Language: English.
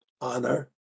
honor